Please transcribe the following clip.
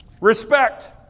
Respect